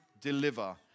deliver